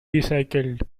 recycled